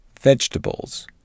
Vegetables